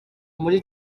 muri